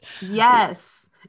Yes